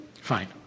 fine